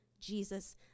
Jesus